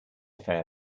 fair